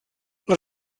les